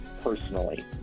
personally